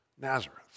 Nazareth